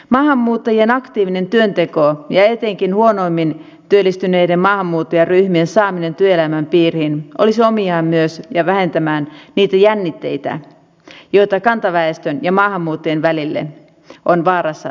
maahanmuuttajien aktiivinen työnteko ja etenkin huonoimmin työllistyneiden maahanmuuttajaryhmien saaminen työelämän piiriin olisi omiaan myös vähentämään niitä jännitteitä joita kantaväestön ja maahanmuuttajien välille on vaarassa syntyä